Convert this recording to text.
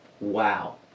wow